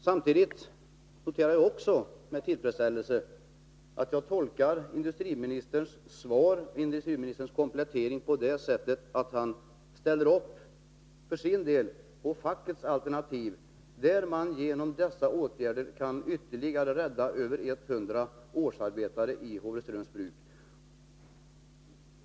Samtidigt tolkar jag — också med tillfredsställelse — industriministerns kompletterande svar på det sättet att han för sin del ställer upp på fackets alternativ, enligt vilket man genom dessa åtgärder kan rädda ytterligare över 100 årsarbeten vid Håvreströms Bruk.